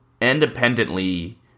independently